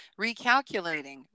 recalculating